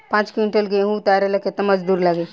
पांच किविंटल गेहूं उतारे ला केतना मजदूर लागी?